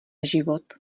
život